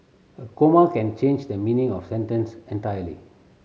a comma can change the meaning of sentence entirely